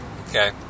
okay